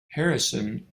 harrison